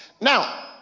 Now